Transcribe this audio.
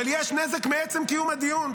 אבל יש נזק מעצם קיום הדיון.